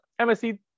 msc